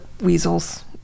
weasels